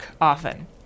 often